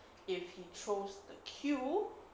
if he chose the kill